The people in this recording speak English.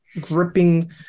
gripping